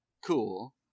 cool